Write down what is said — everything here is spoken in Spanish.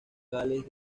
gales